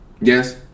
Yes